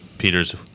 Peters